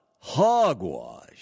hogwash